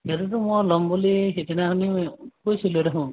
সেইটোতো মই লম বুলি সিদিনাখনেই কৈছিলোঁৱেই দেখোন